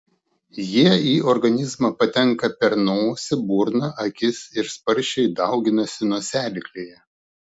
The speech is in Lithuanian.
jie į organizmą patenka per nosį burną akis ir sparčiai dauginasi nosiaryklėje